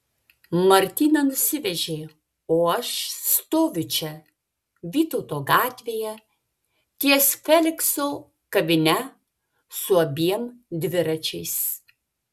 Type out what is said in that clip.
martyną nusivežė o aš stoviu čia vytauto gatvėje ties felikso kavine su abiem dviračiais